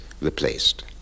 replaced